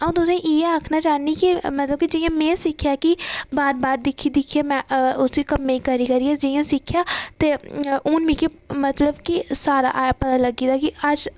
ते अ तुसेंगी इ'यै आक्खना चाह्न्नी क मतलब की जि'यां में सिक्खेआ की बार बार दिक्खियै में उसी कम्मै गी करी करियै सिक्खेआ ते हू'न मिगी मतलब की सारा पता लग्गी गेदा कि